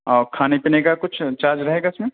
اور کھانے پینے کا کچھ چارج رہے گا اس میں